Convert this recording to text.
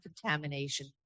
contamination